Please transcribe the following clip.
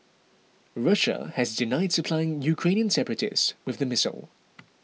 Russia has denied supplying Ukrainian separatists with the missile